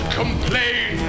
complain